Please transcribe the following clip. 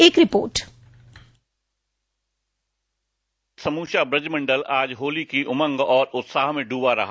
एक रिपोर्ट समूचा ब्रज मंडल आज होली की उमंग और उत्साह में डूबा रहा